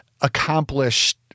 accomplished